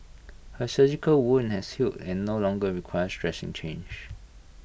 her surgical wound has healed and no longer requires dressing change